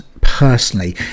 personally